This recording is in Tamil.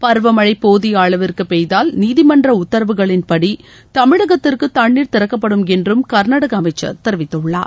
பருவமனழ போதிய அளவிற்கு பெய்தால் நீதிமன்ற உத்தரவுகளின்படி தமிழகத்திற்கு தண்ணீர திறக்கப்படும் என்றும் கர்நாடக அமைச்சர் தெரிவித்துள்ளார்